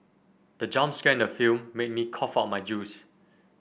the jump scare in the film made me cough out my juice